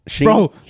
Bro